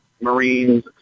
Marines